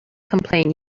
complain